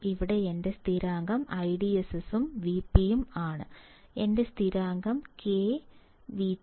ഇവിടെ എന്റെ സ്ഥിരാങ്കം IDSS ഉം Vp ഉം ആണ് എന്റെ സ്ഥിരാങ്കം K VT